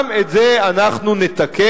גם את זה אנחנו נתקן.